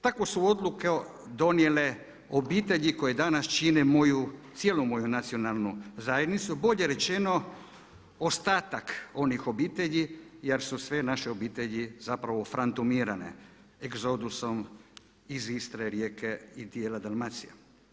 Takvu su odluku donijele obitelji koje danas čine moju, cijelu moju nacionalnu zajednicu, bolje rečeno ostatak onih obitelji jer su sve naše obitelji zapravo frantumirane egzodusom iz Istre, Rijeke i dijela Dalmacije.